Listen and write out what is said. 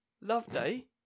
Loveday